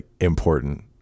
important